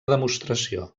demostració